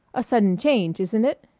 a sudden change, isn't it?